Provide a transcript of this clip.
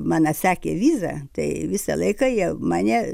mano sekė vizą tai visą laiką jie mane